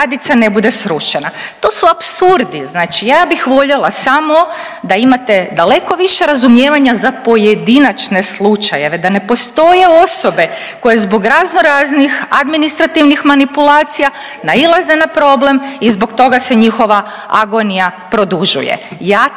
zgradica ne bude srušena. To su apsurdi, znači ja bih voljela samo da imate daleko više razumijevanja za pojedinačne slučajeve, da ne postoje osobe koje zbog razno raznih administrativnih manipulacija nailaze na problem i zbog toga se njihova agonija produžuje.